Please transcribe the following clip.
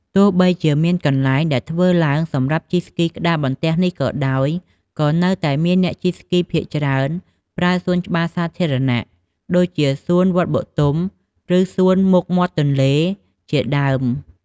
ទោះបីជាមានកន្លែងដែលធ្វើឡើងសម្រាប់ជិះស្គីក្ដារបន្ទះនេះក៏ដោយ ក៏នៅតែមានអ្នកជិះស្គីភាគច្រើនប្រើសួនច្បារសាធារណៈ ដូចជា សួនវត្តបទុម ឬ សួនមុខមាត់ទន្លេជាដើម។